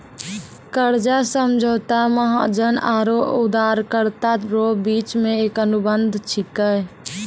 कर्जा समझौता महाजन आरो उदारकरता रो बिच मे एक अनुबंध छिकै